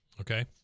Okay